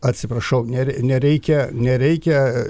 atsiprašau nereikia nereikia